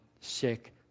Sick